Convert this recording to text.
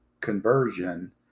conversion